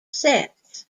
sets